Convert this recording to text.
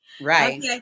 Right